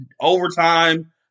overtime